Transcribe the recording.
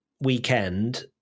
weekend